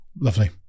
lovely